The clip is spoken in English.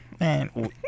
Man